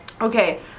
okay